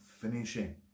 finishing